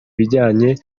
bijanye